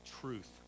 truth